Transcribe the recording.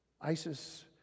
ISIS